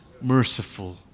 merciful